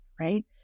right